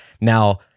Now